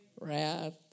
wrath